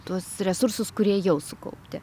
tuos resursus kurie jau sukaupti